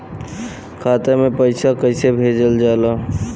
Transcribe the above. खाता में पैसा कैसे भेजल जाला?